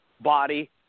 body